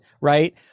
right